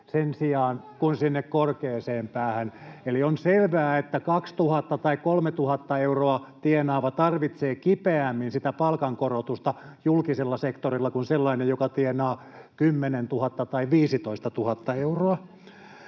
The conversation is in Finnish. päähän kuin sinne korkeaan päähän. Eli on selvää, että 2 000 tai 3 000 euroa tienaava tarvitsee kipeämmin sitä palkankorotusta julkisella sektorilla kuin sellainen, joka tienaa 10 000 tai 15 000 euroa.